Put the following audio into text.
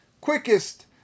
quickest